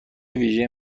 ویژه